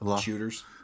Shooters